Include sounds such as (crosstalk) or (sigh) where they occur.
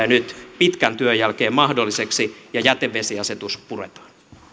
(unintelligible) nyt pitkän työn jälkeen mahdolliseksi ja jätevesiasetus puretaan